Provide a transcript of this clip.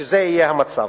שזה יהיה המצב.